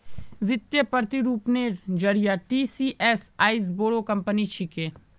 वित्तीय प्रतिरूपनेर जरिए टीसीएस आईज बोरो कंपनी छिके